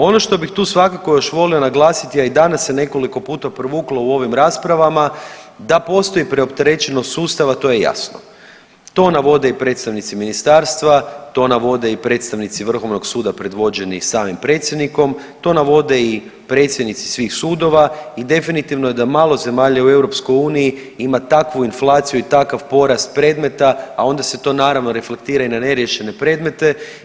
Ono što bih tu svakako još volio naglasiti, a i danas se nekoliko puta provuklo u ovim raspravama, da postoji preopterećenost sustava to je jasno, to navode i predstavnici ministarstva, to navode i predstavnici vrhovnog suda predvođeni i samim predsjednikom, to navode i predsjednici svih sudova i definitivno je da malo zemalja u EU ima takvu inflaciju i takav porast predmeta, a onda se to naravno reflektira na neriješene predmete.